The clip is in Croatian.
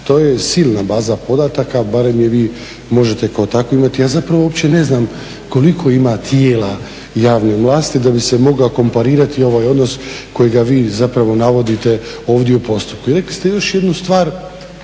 To je silna baza podataka barem je vi možete kao takvi imati. Ja zapravo uopće ne znam koliko ima tijela javne vlasti da bi se mogao komparirati ovaj odnos kojega vi zapravo navodite ovdje u postupku.